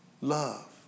Love